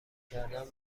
کردن